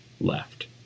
left